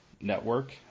network